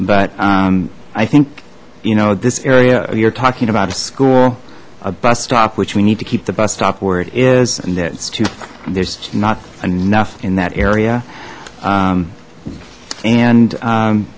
but i think you know this area you're talking about a school a bus stop which we need to keep the bus stop where it is and that's there's not enough in that area and